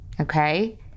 okay